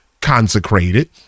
consecrated